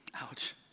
Ouch